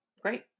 great